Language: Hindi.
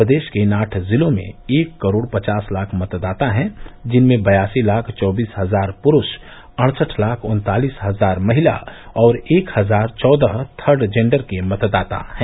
प्रदेष के इन आठ जिलों में एक करोड़ पचास लाख मतदाता हैं जिनमें बयासी लाख चौबीस हजार पुरूश अड़सठ लाख उन्तालीस हजार महिला और एक हजार चौदह थर्ड जेंडर के मतदाता हैं